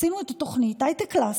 עשינו את תוכנית הייטקלאס,